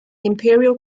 imperial